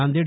Nanded